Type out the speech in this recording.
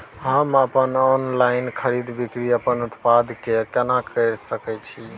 हम ऑनलाइन खरीद बिक्री अपन उत्पाद के केना के सकै छी?